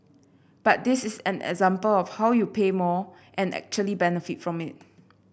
but this is an example of how you pay more and actually benefit from it